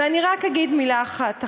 ואני רק אגיד מילה אחת אחרונה: